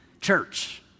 church